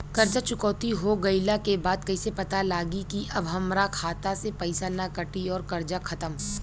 कर्जा चुकौती हो गइला के बाद कइसे पता लागी की अब हमरा खाता से पईसा ना कटी और कर्जा खत्म?